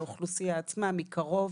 לאוכלוסייה עצמה, מקרוב,